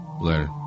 Later